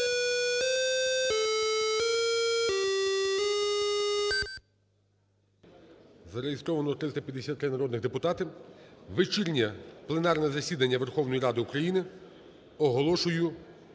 Зареєстровано 353 народних депутати. Вечірнє пленарне засідання Верховної Ради України оголошую